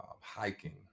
hiking